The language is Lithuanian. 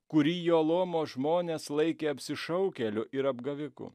kurį jo luomo žmones laikė apsišaukėliu ir apgaviku